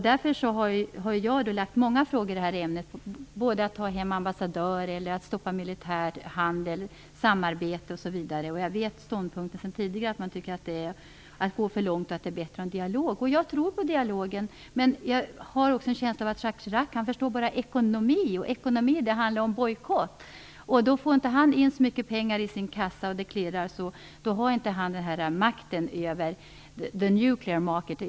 Därför har jag ställt många frågor i det här ämnet, om att ta hem ambassadörer, om att stoppa militär handel och samarbete osv. Av tidigare ståndpunkter att döma vet jag att man tycker att detta är att gå för lång och att det är bättre att ha en dialog. Jag tror på dialogen, men jag har också en känsla av att Jacques Chirac bara förstår ekonomi. Då handlar det om bojkott så att han inte får in så mycket pengar som klirrar i kassan och inte får makten över "the Nuclear Market".